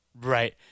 Right